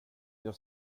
jag